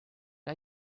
are